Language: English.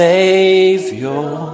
Savior